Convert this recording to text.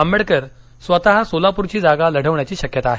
आंबेडकर स्वतः सोलापूरची जागा लढवण्याची शक्यता आहे